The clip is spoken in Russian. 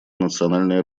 национальное